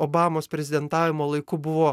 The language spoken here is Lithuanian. obamos prezidentavimo laiku buvo